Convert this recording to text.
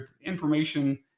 information